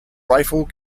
rifle